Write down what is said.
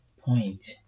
point